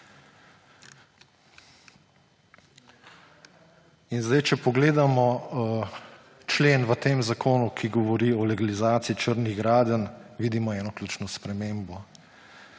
In če pogledamo člen v tem zakonu, ki govori o legalizaciji črnih gradenj, vidimo eno ključno spremembo.